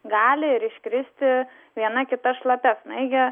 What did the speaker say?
gali ir iškristi viena kita šlapia snaigė